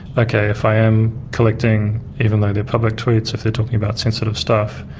okay, if i am collecting, even though they're public tweets, if they're talking about sensitive stuff,